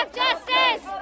justice